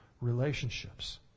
relationships